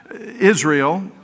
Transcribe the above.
Israel